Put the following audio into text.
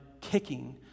kicking